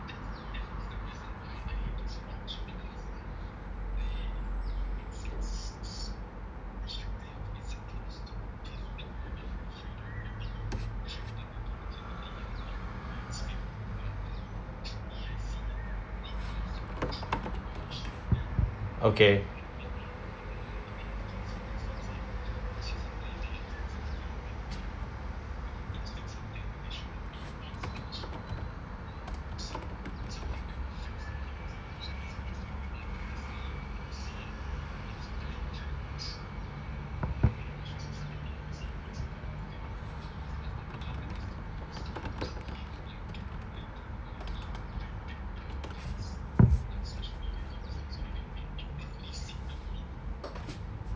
okay